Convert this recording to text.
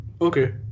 Okay